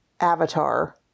avatar